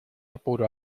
apuro